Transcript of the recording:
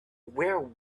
where